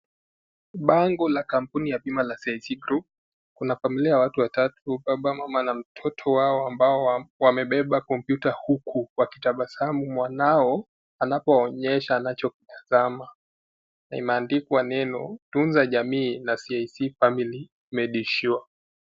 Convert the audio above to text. Bango la kampuni ya bina la CIC tu. Kuba familia ya watu watatu, baba, mama na mtoto wao ambao wamebeba kompyuta huku wakitabasamua mwanao anapoonyesha anachokitazama na ineandikwa neno 'tunza jamii na Cic family medii sure .